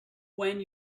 when